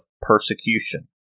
persecution